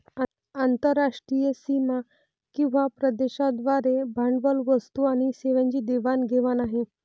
आंतरराष्ट्रीय सीमा किंवा प्रदेशांद्वारे भांडवल, वस्तू आणि सेवांची देवाण घेवाण आहे